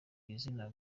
izina